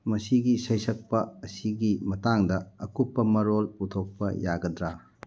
ꯃꯁꯤꯒꯤ ꯁꯩꯁꯛꯄ ꯑꯁꯤꯒꯤ ꯃꯇꯥꯡꯗ ꯑꯀꯨꯞꯄ ꯃꯔꯣꯜ ꯄꯨꯊꯣꯛꯄ ꯌꯥꯒꯗ꯭ꯔꯥ